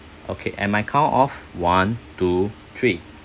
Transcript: okay in my count of one two three